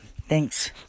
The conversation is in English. Thanks